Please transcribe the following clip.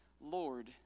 Lord